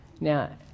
Now